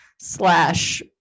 slash